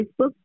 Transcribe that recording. Facebook